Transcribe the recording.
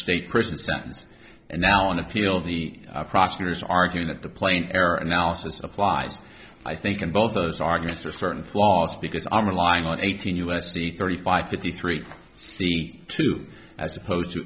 state prison sentence and now an appeal the prosecutor's arguing that the plane error analysis applies i think in both of those arguments are certain flaws because i'm relying on eighteen u s c thirty five fifty three seat two as opposed to